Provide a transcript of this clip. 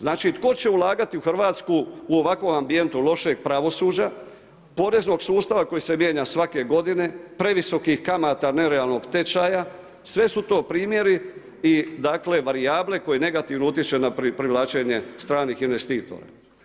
Znači, tko će ulagati u Hrvatsku u ovakvom ambijentu lošeg pravosuđa, poreznog sustava koji se mijenja svake godine, previsokih kamata nerealnog tečaja, sve su to primjeri i dakle, varijable koji negativno utječe na privlačenje stranih investitora.